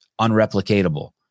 unreplicatable